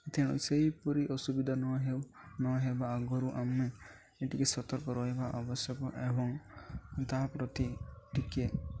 ତେଣୁ ସେହିପରି ଅସୁବିଧା ନହେଉ ନହେବା ଆଗୁରୁ ଆମେ ଟିକେ ସତର୍କ ରହିବା ଆବଶ୍ୟକ ଏବଂ ତାହା ପ୍ରତି ଟିକେ